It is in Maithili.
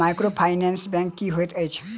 माइक्रोफाइनेंस बैंक की होइत अछि?